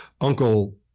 uncle